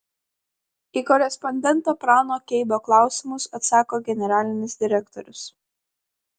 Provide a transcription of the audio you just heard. į korespondento prano keibo klausimus atsako generalinis direktorius